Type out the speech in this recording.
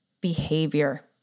behavior